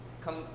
come